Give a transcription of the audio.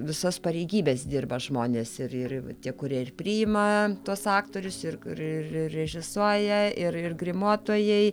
visas pareigybes dirba žmonės ir ir tie kurie ir priima tuos aktorius ir ir ir režisuoja ir ir grimuotojai